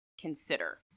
consider